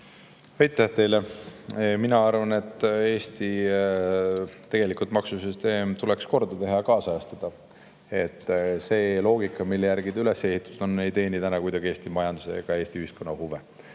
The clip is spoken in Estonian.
Aitäh teile! Mina arvan, et Eesti maksusüsteem tuleks korda teha ja kaasajastada. See loogika, mille järgi see üles ehitatud on, ei teeni kuidagi Eesti majanduse ega Eesti ühiskonna huve.